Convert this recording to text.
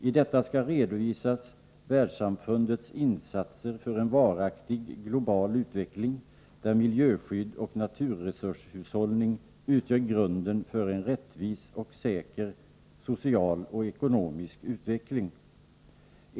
I detta skall redovisas världssamfundets insatser för en varaktig, global utveckling, där miljöskydd och naturresurshushållning utgör grunden för en rättvis och säker social och ekonomisk utveckling.